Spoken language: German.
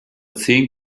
zehn